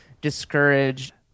discouraged